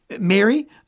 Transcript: Mary